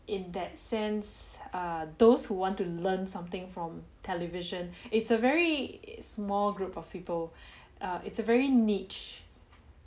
in that sense err those who want to learn something from television it's a very small group of people err it's a very niche